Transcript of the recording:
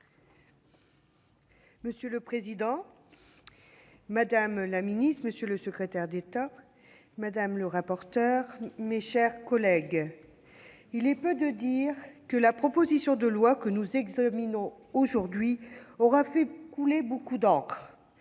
Monsieur le président, madame la ministre, monsieur le secrétaire d'État, mes chers collègues, il est peu de dire que la proposition de loi que nous examinons aujourd'hui aura fait couler beaucoup d'encre